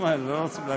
היא לא רוצה להקשיב.